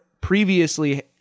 previously